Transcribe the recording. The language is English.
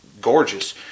gorgeous